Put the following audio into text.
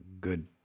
good